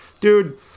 dude